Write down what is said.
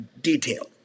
Detail